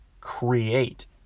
create